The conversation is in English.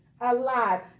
alive